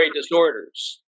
disorders